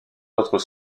autres